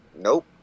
nope